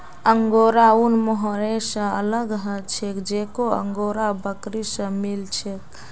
angora ऊन mohair स अलग ह छेक जेको अंगोरा बकरी स मिल छेक